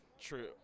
True